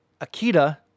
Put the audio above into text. akita